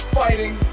fighting